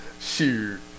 Shoot